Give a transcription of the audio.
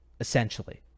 essentially